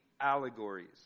allegories